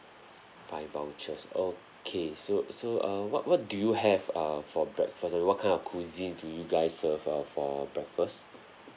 by vouchers okay so so err what what do you have uh for breakfast and what kind of cuisines do you guys serve uh for breakfast